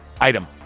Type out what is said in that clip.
item